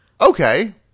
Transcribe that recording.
Okay